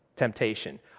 temptation